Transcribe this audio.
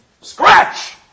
scratch